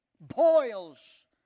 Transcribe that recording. Boils